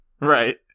Right